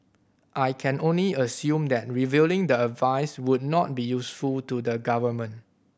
I can only assume that revealing the advice would not be useful to the government